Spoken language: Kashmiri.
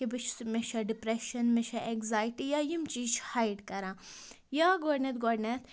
کہِ بہٕ چھُس مےٚ چھا ڈِپرٛٮ۪شَن مےٚ چھا اٮ۪نزایٹی یا یِم چیٖز چھِ ہایِڈ کران یا گۄڈٕنٮ۪تھ گۄڈٕنٮ۪تھ